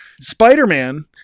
Spider-Man